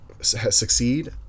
succeed